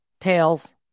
Tails